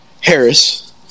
harris